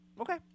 Okay